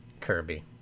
Kirby